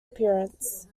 appearance